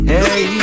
Hey